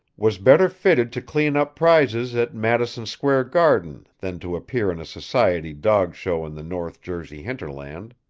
was better fitted to clean up prizes at madison square garden than to appear in a society dog show in the north jersey hinterland.